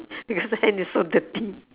the other hand is so dirty